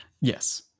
Yes